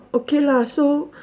okay lah so